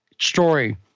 story